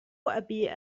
أبي